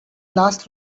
last